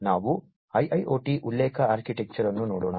ನಾವು IIoT ಉಲ್ಲೇಖ architecture ಅನ್ನು ನೋಡೋಣ